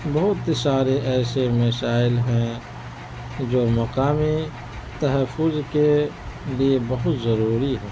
بہت سارے ایسے مسائل ہیں جو مقامی تحفظ کے لیے بہت ضروری ہیں